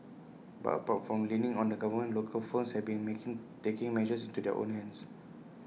but apart from leaning on the government local firms have been making taking matters into their own hands